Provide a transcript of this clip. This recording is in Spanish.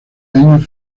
años